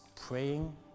praying